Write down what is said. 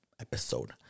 episode